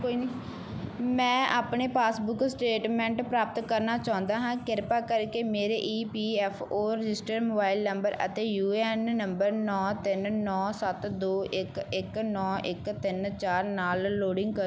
ਕੋਈ ਨਹੀਂ ਮੈਂ ਆਪਣਾ ਪਾਸਬੁੱਕ ਸਟੇਟਮੈਂਟ ਪ੍ਰਾਪਤ ਕਰਨਾ ਚਾਹੁੰਦਾ ਹਾਂ ਕਿਰਪਾ ਕਰਕੇ ਮੇਰੇ E P F O registered mobile number ਅਤੇ ਯੂ ਏ ਐਨ ਨੰਬਰ ਨੌਂ ਤਿੰਨ ਨੌਂ ਸੱਤ ਦੋ ਇੱਕ ਇੱਕ ਇੱਕ ਨੌਂ ਇੱਕ ਤਿੰਨ ਚਾਰ ਨਾਲ ਲੌਗਇਨ ਕਰੋ